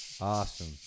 Awesome